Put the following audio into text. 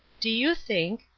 do you think,